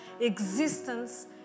existence